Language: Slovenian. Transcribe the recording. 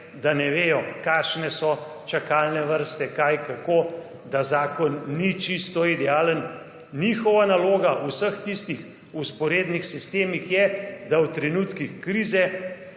da ne vedo kakšne so čakalne vrste, kaj, kako, da zakon ni čisto idealen. Njihova naloga vseh tistih vzporednih sistemih je, da v trenutkih krize